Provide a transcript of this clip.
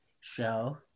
show